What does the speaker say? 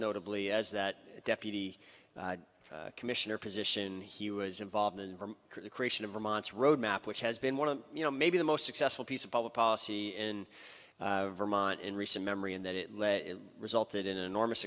notably as that deputy commissioner position he was involved in the creation of vermont's road map which has been one of you know maybe the most successful piece of public policy in vermont in recent memory and that it resulted in an enormous